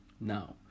Now